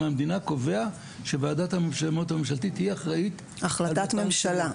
המדינה קובע שוועדת היא האחראית --- החלטת ממשלה,